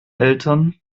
eltern